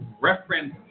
reference